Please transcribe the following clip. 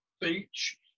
Beach